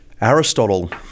Aristotle